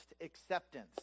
acceptance